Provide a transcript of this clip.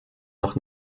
noch